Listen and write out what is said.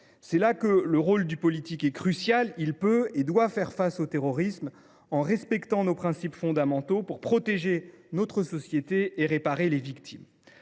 C’est là que le rôle du politique est crucial : il peut et doit faire face au terrorisme en respectant nos principes fondamentaux, pour protéger notre société et apporter réparation